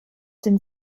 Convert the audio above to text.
den